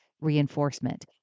reinforcement